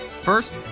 First